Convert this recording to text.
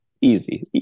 easy